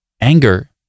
Anger